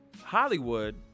Hollywood